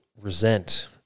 resent